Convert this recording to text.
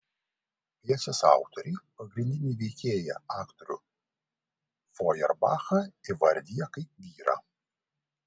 pjesės autoriai pagrindinį veikėją aktorių fojerbachą įvardija kaip vyrą